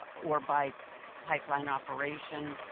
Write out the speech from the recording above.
but or by pipeline operation,